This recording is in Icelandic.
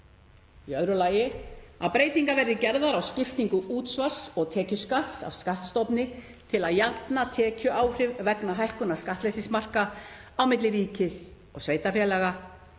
í öðru lagi að breytingar verði gerðar á skiptingu útsvars og tekjuskatts af skattstofni til að jafna tekjuáhrif vegna hækkunar skattleysismarka á milli ríkis og sveitarfélaga